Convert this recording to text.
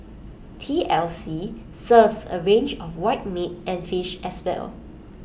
T L C serves A range of white meat and fish as well